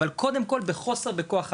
אבל קודם כל חוסר בכוח אדם,